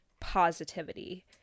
positivity